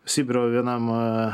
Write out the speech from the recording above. sibiro vienam